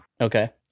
okay